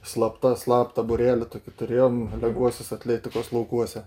slapta slaptą būrelį tokį turėjom lengvosios atletikos laukuose